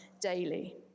daily